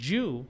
Jew